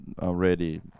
already